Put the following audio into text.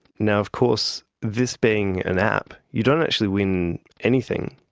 now, of course this being an app you don't actually win anything,